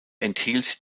enthielt